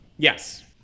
Yes